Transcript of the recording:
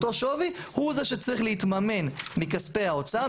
אותו שווי הוא זה שצריך להתממן מכספי האוצר,